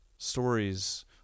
Stories